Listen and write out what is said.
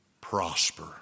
prosper